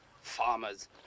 Farmers